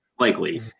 Likely